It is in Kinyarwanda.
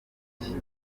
iki